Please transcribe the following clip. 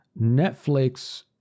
Netflix